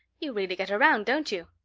you really get around, don't you?